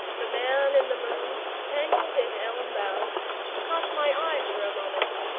the man in the moon, tangled in elm-boughs, caught my eye for a moment,